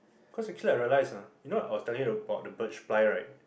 cause actually I realise ah you know I was telling you about the birch ply right